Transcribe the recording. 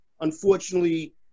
unfortunately